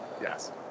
Yes